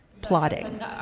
plotting